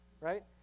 right